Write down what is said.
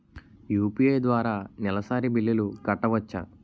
UPI ద్వారా నెలసరి బిల్లులు కట్టవచ్చా?